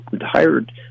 hired